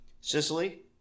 Sicily